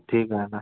ठीक आहे ना